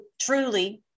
truly